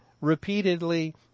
repeatedly